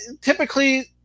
typically –